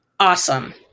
Awesome